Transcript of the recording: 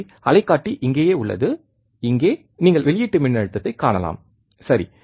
எனவே அலைக்காட்டி இங்கேயே உள்ளது இங்கே நீங்கள் வெளியீட்டு மின்னழுத்தத்தைக் காணலாம் சரி